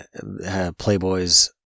Playboys